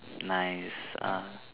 nice ah